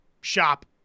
shop